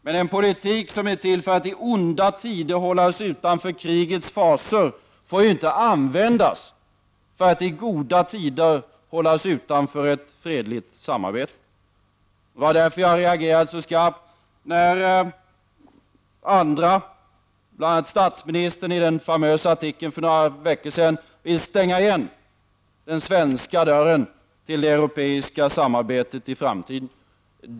Men en politik som är till för att i onda tider hålla oss utanför krigets fasor får inte användas för att i goda tider hålla oss utanför ett fredligt samarbete. Det var därför jag reagerade så skarpt när andra, bl.a. statsministern i en famös artikel för några veckor sedan, ville stänga igen den svenska dörren till det europeiska samarbetet i framtiden.